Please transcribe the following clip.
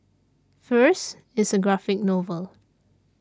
first it's a graphic novel